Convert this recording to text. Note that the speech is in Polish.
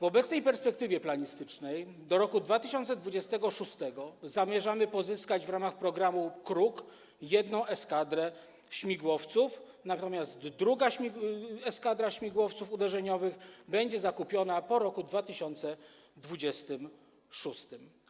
W obecnej perspektywie planistycznej do roku 2026 zamierzamy pozyskać w ramach programu „Kruk” jedną eskadrę śmigłowców, natomiast druga eskadra śmigłowców uderzeniowych będzie zakupiona po roku 2026.